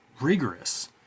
rigorous